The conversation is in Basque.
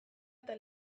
eta